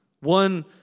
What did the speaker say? One